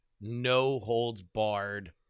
no-holds-barred